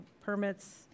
permits